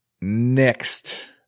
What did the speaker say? next